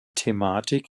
thematik